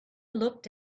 looked